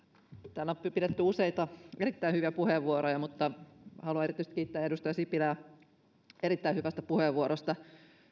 täällä on pidetty useita erittäin hyviä puheenvuoroja mutta haluan erityisesti kiittää edustaja sipilää erittäin hyvästä puheenvuorosta